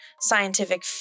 scientific